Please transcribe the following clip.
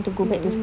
mm mm